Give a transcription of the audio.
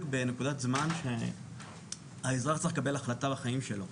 בנקודת זמן שהאזרח צריך לקבל החלטה על החיים שלו,